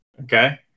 Okay